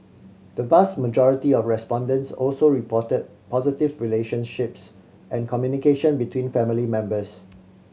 the vast majority of respondents also reported positive relationships and communication between family members